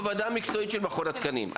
הייתי בוועדה המקצועית של מכון התקנים.